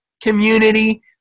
community